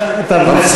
אתה באמת,